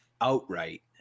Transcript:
outright